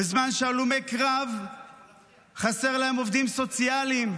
בזמן שלהלומי קרב חסרים עובדים סוציאליים,